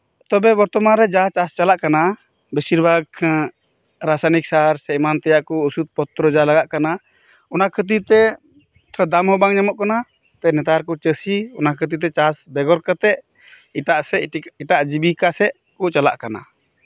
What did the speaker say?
ᱛᱚᱵᱮ ᱵᱚᱨᱛᱚᱢᱟᱱ ᱨᱮ ᱡᱟ ᱪᱟᱥ ᱪᱟᱞᱟᱜ ᱠᱟᱱᱟ ᱵᱮᱥᱤᱨᱵᱷᱟᱜ ᱨᱟᱥᱭᱱᱤᱠ ᱥᱟᱨ ᱥᱮ ᱮᱢᱟᱱ ᱛᱮᱭᱟᱜ ᱠᱚ ᱳᱥᱩᱫᱯᱚᱛᱨᱚ ᱠᱚ ᱡᱟ ᱞᱟᱜᱟᱜ ᱠᱟᱱᱟ ᱚᱱᱟ ᱠᱷᱟᱹᱛᱤᱨ ᱛᱮ ᱛᱷᱚᱲᱟ ᱫᱟᱢ ᱦᱚᱸ ᱵᱟᱝ ᱧᱟᱢᱚᱜ ᱠᱟᱱᱟ ᱱᱮᱛᱟᱨ ᱠᱚ ᱪᱟᱹᱥᱤ ᱚᱱᱟᱠᱷᱟᱹᱛᱤᱨ ᱛᱮ ᱪᱟᱥ ᱵᱮᱜᱚᱨ ᱠᱟᱛᱮᱫ ᱮᱴᱟᱜ ᱥᱮᱫ ᱮᱴᱟᱜ ᱡᱤᱵᱤᱠᱟ ᱥᱮᱫ ᱠᱚ ᱪᱟᱞᱟᱜ ᱠᱟᱱᱟ